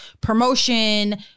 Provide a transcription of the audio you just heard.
promotion